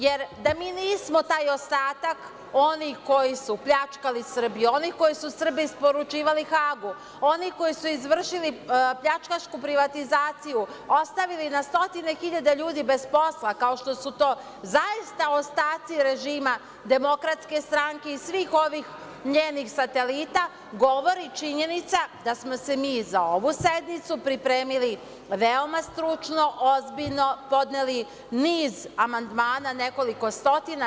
Jer, da mi nismo taj ostatak onih koji su pljačkali Srbiju, onih koji su Srbe isporučivali Hagu, onih koji su izvršili pljačkašku privatizaciju, ostavili na stotine hiljada ljudi bez posla, kao što su to zaista ostaci režima DS i svih ovih njenih satelita, govori činjenica da smo se mi i za ovu sednicu pripremili veoma stručno, ozbiljno i podneli niz amandmana, nekoliko stotina.